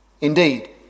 Indeed